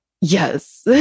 Yes